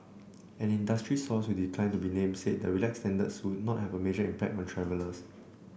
an industry source who declined to be named said the relaxed standards would not have a major impact on travellers